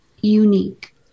unique